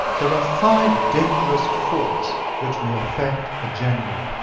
there are five dangerous faults which may affect a general